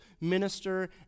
minister